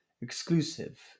exclusive